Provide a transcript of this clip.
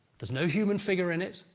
there's no human figure in it,